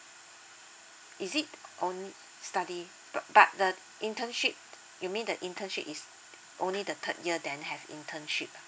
is it only study but but the internship you mean the internship is only the third year then have internship